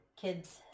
kids